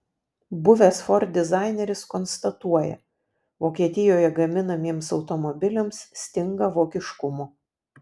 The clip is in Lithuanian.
buvęs ford dizaineris konstatuoja vokietijoje gaminamiems automobiliams stinga vokiškumo